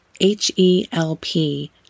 H-E-L-P